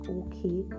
okay